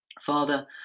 Father